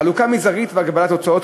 חלוקה מזערית והגבלת הוצאות,